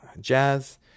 Jazz